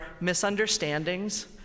misunderstandings